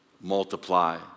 multiply